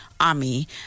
Army